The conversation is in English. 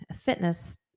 fitness